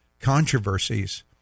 controversies